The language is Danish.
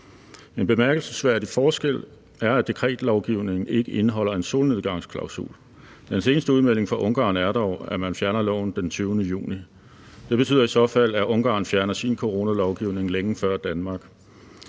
En bemærkelsesværdig forskel er, at dekretlovgivningen ikke indeholder en solnedgangsklausul. Den seneste udmelding fra Ungarn er dog, at man fjerner loven den 20. juni. Det betyder i så fald, at Ungarn fjerner sin coronalovgivning længe før Danmark.